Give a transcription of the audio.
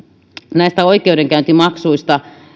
näistä oikeudenkäyntimaksuista